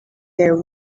their